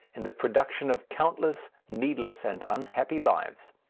in the production of countless, needless, and unhappy lives.